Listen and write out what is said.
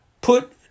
put